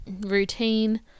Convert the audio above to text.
routine